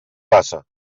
bassa